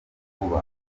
vuba